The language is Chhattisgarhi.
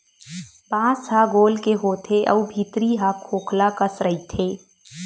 बांस ह गोल के होथे अउ भीतरी ह खोखला कस रहिथे